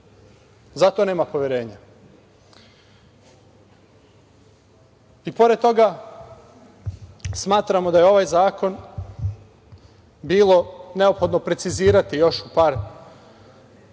zato nema poverenja. Pored toga, smatramo da je ovaj zakon bilo neophodno precizirati još u par njegovih